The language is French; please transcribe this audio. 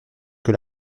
que